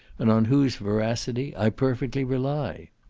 and on whose veracity i perfectly rely.